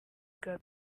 hari